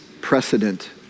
precedent